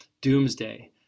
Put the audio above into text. doomsday